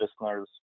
listeners